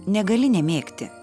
negali nemėgti